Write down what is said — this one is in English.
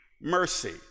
mercy